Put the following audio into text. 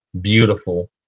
beautiful